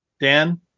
Dan